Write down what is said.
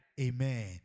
Amen